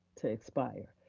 to inspire.